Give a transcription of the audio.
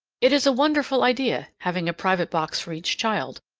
it is a wonderful idea, having a private box for each child,